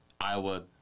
Iowa